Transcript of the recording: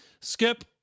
skip